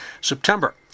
September